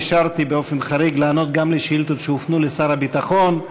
אישרתי באופן חריג לענות גם על השאילתות שהופנו לשר הביטחון.